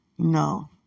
No